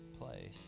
place